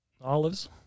olives